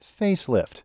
facelift